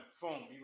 phone